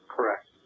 Correct